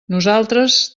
nosaltres